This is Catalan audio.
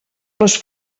les